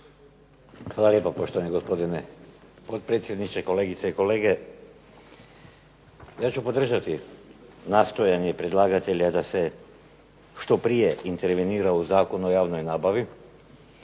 Hvala lijepo poštovani gospodine potpredsjedniče, kolegice i kolege. Ja ću podržati nastojanje predlagatelja da se što prije intervenira u Zakon o javnoj nabavi